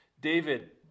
David